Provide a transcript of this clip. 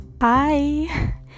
Hi